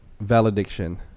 Valediction